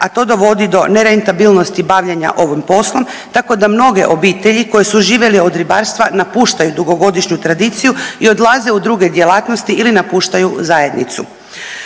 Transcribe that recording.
a to dovodi do nerentabilnosti bavljenja ovim poslom, tako da mnoge obitelji koje su živjeli od ribarstva napuštaju dugogodišnju tradiciju i odlaze u druge djelatnosti ili napuštaju zajednicu.